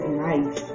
nice